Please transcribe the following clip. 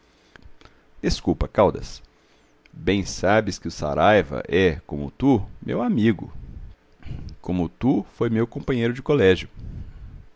desculpa caldas bem sabes que o saraiva é como tu meu amigo como tu foi meu companheiro de colégio